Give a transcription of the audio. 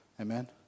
amen